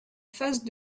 phase